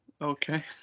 Okay